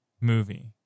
movie